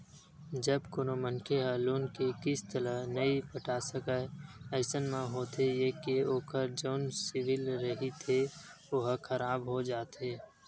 जब कोनो मनखे ह लोन के किस्ती ल नइ पटा सकय अइसन म होथे ये के ओखर जउन सिविल रिहिथे ओहा खराब हो जाथे